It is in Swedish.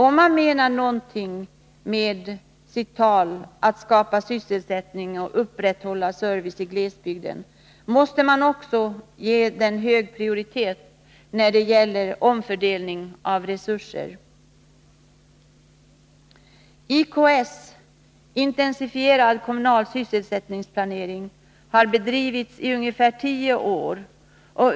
Om man menar någonting med sitt tal om att skapa sysselsättning och upprätthålla servicen i glesbygden måste man också ge en hög prioritet när det gäller omfördelning av resurser. IKS, intensifierade kommunala sysselsättningsinsatser, har bedrivits i ungefär tio år.